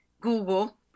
Google